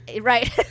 right